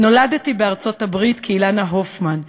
נולדתי בארצות-הברית כאילנה הופמן,